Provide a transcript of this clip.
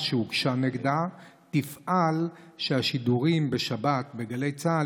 שהוגשה נגדה היא תפעל שהשידורים בשבת בגלי צה"ל